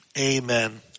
amen